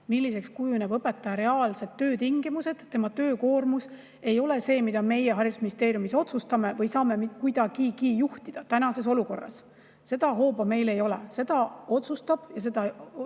milliseks kujunevad õpetaja reaalsed töötingimused ja tema töökoormus, ei ole see, mida meie haridusministeeriumis otsustame või saame kuidagigi juhtida. Tänases olukorras seda hooba meil ei ole. Seda otsustab ja juhib